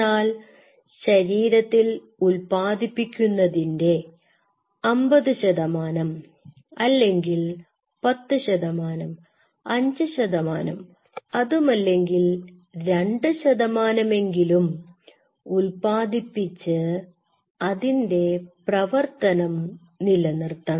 എന്നാൽ ശരീരത്തിൽ ഉൽപാദിപ്പിക്കുന്നതിന്റെ 50 ശതമാനം അല്ലെങ്കിൽ 10 ശതമാനം 5 ശതമാനം അതുമല്ലെങ്കിൽ 2 ശതമാനമെങ്കിലും ഉൽപ്പാദിപ്പിച്ച് അതിൻറെ പ്രവർത്തനം നിലനിർത്തണം